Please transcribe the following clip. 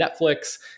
Netflix